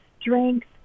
strength